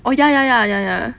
oh ya ya ya ya ya